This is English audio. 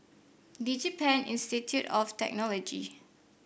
DigiPen Institute of Technology